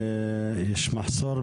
תקשיבי.